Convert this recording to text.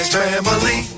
family